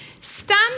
stand